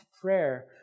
prayer